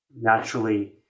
naturally